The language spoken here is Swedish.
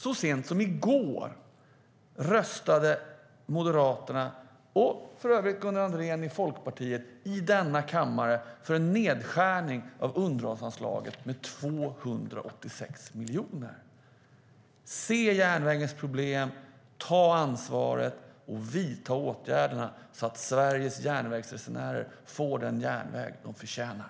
Så sent som i går röstade Moderaterna - och för övrigt Gunnar Andrén i Folkpartiet - i denna kammare för en nedskärning av underhållsanslaget med 286 miljoner. Se järnvägens problem, ta ansvaret och vidta åtgärderna, så att Sveriges järnvägsresenärer får den järnväg de förtjänar!